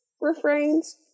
refrains